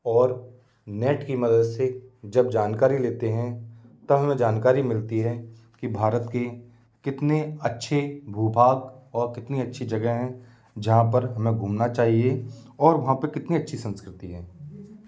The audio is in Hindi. और नेट की मदद से जब जानकारी लेते हें तब हमें जानकारी मिलती है कि भारत की कितने अच्छे भू भाग और कितनी अच्छी जगहें हैं जहाँ पर हमें घूमना चाहिए और वहाँ पर कितनी अच्छी संस्कृति है